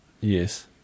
Yes